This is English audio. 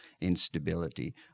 instability